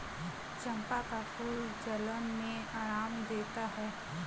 चंपा का फूल जलन में आराम देता है